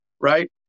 right